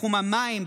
בתחום המים,